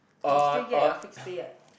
you still get your fixed pay what